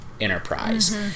Enterprise